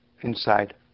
inside